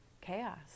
chaos